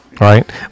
right